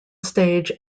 stage